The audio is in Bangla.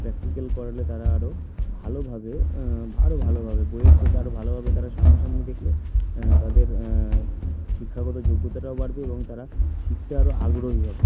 প্র্যাকটিক্যাল করলে তারা আরও ভালোভাবে আরো ভালোভাবে বইয়ের থেকে আর ভালোভাবে তারা সামনা সামনি দেখলে তাদের শিক্ষাগত যোগ্যতাটাও বাড়বে এবং তারা শিখতে আরও আগ্রহী হবে